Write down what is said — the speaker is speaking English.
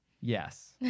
yes